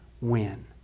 win